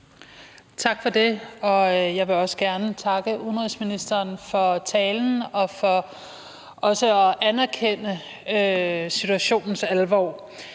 Tak for det. Jeg vil også gerne takke udenrigsministeren for talen og for også at anerkende situationens alvor.